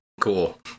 Cool